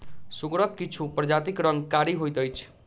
सुगरक किछु प्रजातिक रंग कारी होइत अछि